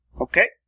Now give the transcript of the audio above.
Okay